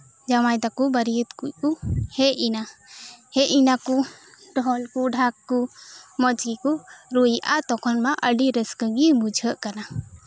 ᱡᱟᱶᱟᱭ ᱛᱟᱠᱚ ᱵᱟᱹᱨᱭᱟᱹᱛ ᱠᱚ ᱦᱮᱡ ᱮᱱᱟ ᱦᱮᱡ ᱮᱱᱟᱠᱚ ᱰᱷᱳᱞ ᱠᱚ ᱰᱷᱟᱠ ᱠᱚ ᱢᱚᱸᱡᱽ ᱜᱮᱠᱚ ᱨᱩ ᱮᱫᱟ ᱛᱚᱠᱷᱚᱱ ᱢᱟ ᱟᱹᱰᱤ ᱨᱟᱹᱥᱠᱟᱹ ᱜᱮ ᱵᱩᱡᱷᱟᱹᱜ ᱠᱟᱱᱟ